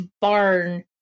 barn